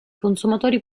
consumatori